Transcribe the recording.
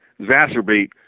exacerbate